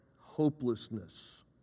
Hopelessness